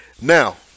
Now